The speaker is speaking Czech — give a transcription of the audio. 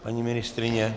Paní ministryně?